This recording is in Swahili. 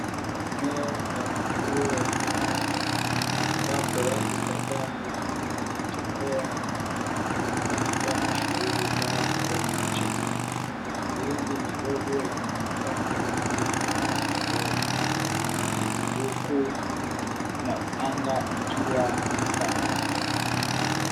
Eneo la ufuo wa bahari ambako watu kadhaa wanatembea wakifanya shughuli zao kwenye mchanga. Mahindi madogo yanaonekana yakifika ufuoni, huku anga ikiwa safi.